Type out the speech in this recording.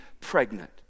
pregnant